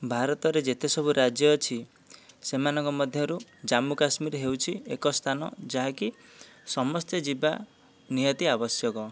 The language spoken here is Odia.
ଭାରତରେ ଯେତେ ସବୁ ରାଜ୍ୟ ଅଛି ସେମାନଙ୍କ ମଧ୍ୟରୁ ଜାମ୍ମୁକାଶ୍ମୀର ହେଉଛି ଏକ ସ୍ଥାନ ଯାହାକି ସମସ୍ତେ ଯିବା ନିହାତି ଆବଶ୍ୟକ